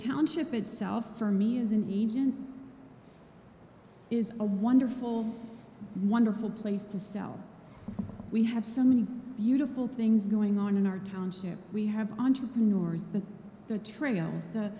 township itself for me is an even is a wonderful wonderful place to sell we have so many beautiful things going on in our township we have entrepreneurs that the trail